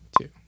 two